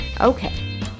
Okay